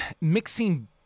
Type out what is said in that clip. mixing